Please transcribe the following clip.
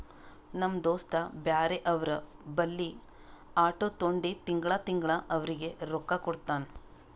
ನಮ್ ದೋಸ್ತ ಬ್ಯಾರೆ ಅವ್ರ ಬಲ್ಲಿ ಆಟೋ ತೊಂಡಿ ತಿಂಗಳಾ ತಿಂಗಳಾ ಅವ್ರಿಗ್ ರೊಕ್ಕಾ ಕೊಡ್ತಾನ್